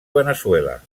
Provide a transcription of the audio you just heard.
veneçuela